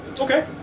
Okay